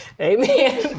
Amen